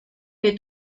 que